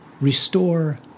restore